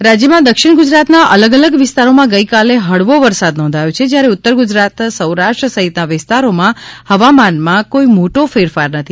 હવામાન રાજ્યમાં દક્ષિણ ગુજરાતના અલગ અલગ વિસ્તારોમાં ગઇકાલે હળવો વરસાદ નોંધાયો છે જ્યારે ઉત્તર ગુજરાત સૌરાષ્ટ્ર સહિતના વિસ્તારોમાં હવામાનમાં કોઇ મોટો ફેરફાર નથી